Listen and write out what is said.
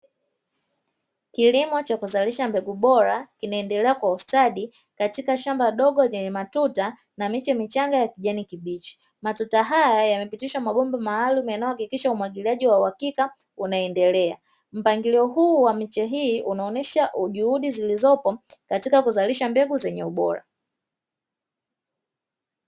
Kilimo cha kuzalisha mbegu bora kinaendelea kwa ustadi katika shamba dogo lenye matuta na miche michanga ya kijani kibichi. Matuta haya yamepitisha mabomba maalumu yanayohakikisha umwagiliaji wa uhakika unaendelea. Mpangilio huu wa miche hii, unaonesha juhudi zilizopo katika kuzalisha mbegu zenye ubora.